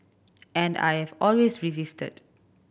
and I have always resisted